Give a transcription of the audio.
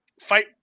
fight